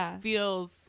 feels